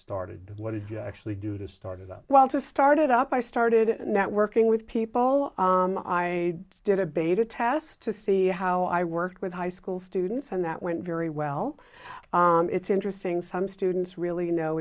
started what did you actually do to start it up well to start it up i started networking with people i did a beta test to see how i worked with high school students and that went very well it's interesting some students really know